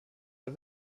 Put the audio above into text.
der